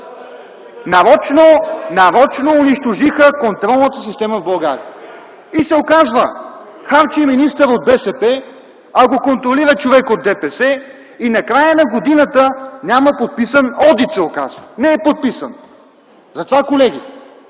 да речем. Нарочно унищожиха контролната система в България. И се оказва – харчи министър от БСП, а го контролира човек от ДПС и накрая на годината се оказва, че няма подписан одит. Не е подписан! Затова, колеги,